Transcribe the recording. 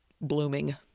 blooming